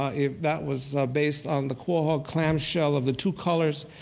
ah that was based on the quahog clamshell of the two colors.